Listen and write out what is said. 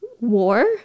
war